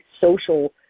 social